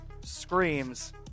screams